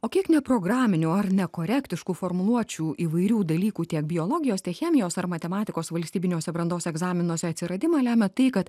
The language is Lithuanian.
o kiek ne programinių ar nekorektiškų formuluočių įvairių dalykų tiek biologijos chemijos ar matematikos valstybiniuose brandos egzaminuose atsiradimą lemia tai kad